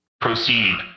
Proceed